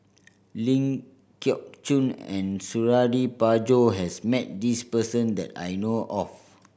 Ling Geok Choon and Suradi Parjo has met this person that I know of